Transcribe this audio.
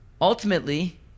ultimately